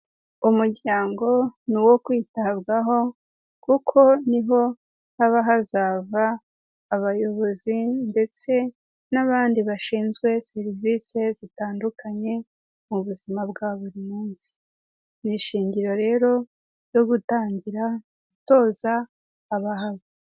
Umuryango ni uwo kwitabwaho kuko niho haba hazava abayobozi ndetse n'abandi bashinzwe serivisi zitandukanye mu buzima bwa buri munsi, ni ishingiro rero ryo gutangira gutoza abantu.